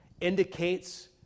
indicates